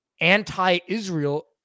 anti-Israel